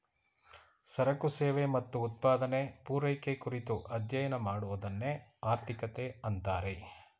ಸರಕು ಸೇವೆ ಮತ್ತು ಉತ್ಪಾದನೆ, ಪೂರೈಕೆ ಕುರಿತು ಅಧ್ಯಯನ ಮಾಡುವದನ್ನೆ ಆರ್ಥಿಕತೆ ಅಂತಾರೆ